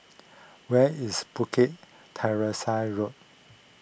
where is Bukit Teresa Road